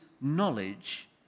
knowledge